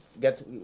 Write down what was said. get